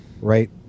right